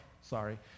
sorry